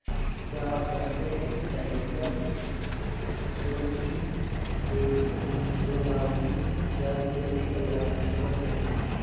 क्या आप जानते हैं कि डहेलिया, सूरजमुखी, डेजी, गुलदाउदी इत्यादि एक ही परिवार के सदस्य हैं